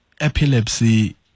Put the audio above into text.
epilepsy